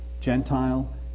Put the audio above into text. Gentile